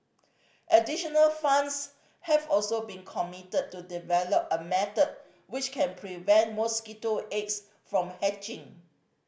additional funds have also been committed to develop a method which can prevent mosquito eggs from hatching